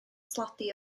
tlodi